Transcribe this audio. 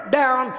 down